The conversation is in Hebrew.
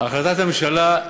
מדברים על הכרזת הממשלה,